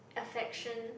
affection